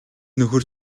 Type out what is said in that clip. нөхөр